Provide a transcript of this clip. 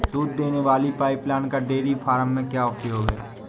दूध देने वाली पाइपलाइन का डेयरी फार्म में क्या उपयोग है?